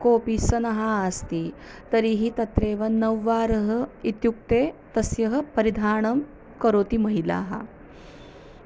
कोपि सनः अस्ति तर्हि तत्रैव नव्वारः इत्युक्ते तस्यः परिधानं करोति महिला